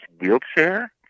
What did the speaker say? wheelchair